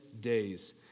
days